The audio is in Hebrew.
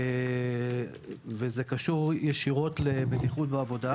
ההסכם הזה קשור ישירות לבטיחות בעבודה.